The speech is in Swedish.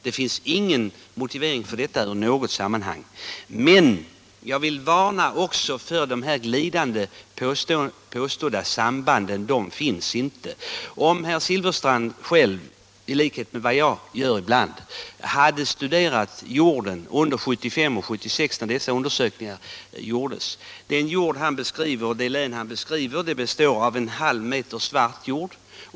Det finns ingen motivering för överdosering i något sammanhang, men jag vill också varna för glidande påståenden om samband — de finns inte. Om herr Silfverstrand i likhet med mig någon gång hade studerat jorden under 1975 och 1976 när dessa undersökningar gjordes hade han vetat bättre. Jordlagret i det län som herr Silfverstrand talar om består av en halv meter svart jord.